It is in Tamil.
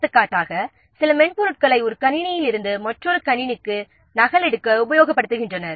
எடுத்துக்காட்டாக சில மென்பொருட்களை ஒரு கணினியிலிருந்து மற்றொரு கணினிக்கு நகலெடுக்க உபயோகப்படுத்துகின்றனர்